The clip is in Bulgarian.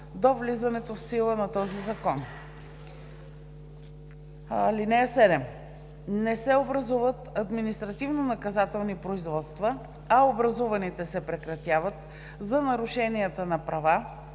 до влизането в сила на този закон. (7) Не се образуват административнонаказателни производства, а образуваните се прекратяват, за нарушения на права